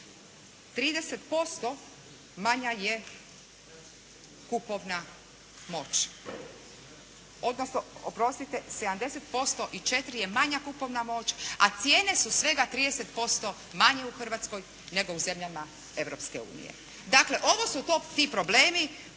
30% manja je kupovna moć. Odnosno, oprostite 70% i 4 je manja kupovna moć a cijene su svega 30% manje u Hrvatskoj nego u zemljama Europske unije. Dakle ovo su ti problemi